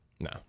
no